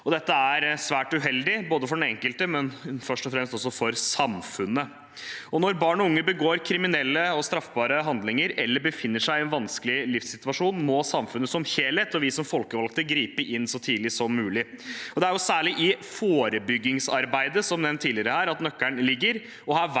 Dette er svært uheldig for den enkelte, men først og fremst også for samfunnet. Når barn og unge begår kriminelle og straffbare handlinger, eller befinner seg i en vanskelig livssituasjon, må samfunnet som helhet og vi som folkevalgte gripe inn så tidlig som mulig. Det er særlig i forebyggingsarbeidet, som nevnt tidligere her, nøkkelen ligger, og der vet